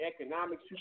economics